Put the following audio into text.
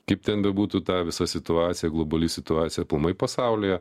kaip ten bebūtų ta visa situacija globali situacija aplamai pasaulyje